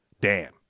Dan